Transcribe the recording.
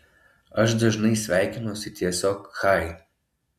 aš dažnai sveikinuosi tiesiog chai